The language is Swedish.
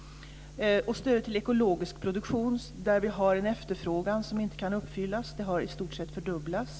Stöd till ekologisk produktion, där vi har en efterfrågan som inte kan uppfyllas, har i stort sett fördubblats.